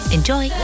Enjoy